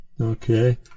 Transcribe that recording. Okay